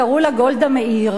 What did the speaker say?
קראו לה גולדה מאיר.